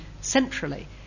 centrally